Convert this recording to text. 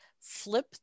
Flip